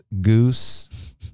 goose